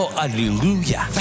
hallelujah